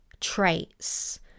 traits